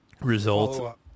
result